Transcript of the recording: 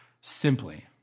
Simply